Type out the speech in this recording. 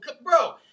bro